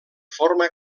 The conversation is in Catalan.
forma